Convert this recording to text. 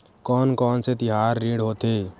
कोन कौन से तिहार ऋण होथे?